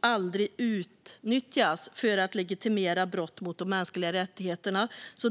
aldrig utnyttjas för att legitimera brott mot de mänskliga rättigheterna.